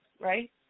right